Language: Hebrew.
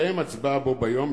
תתקיים ההצבעה בו ביום,